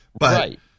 Right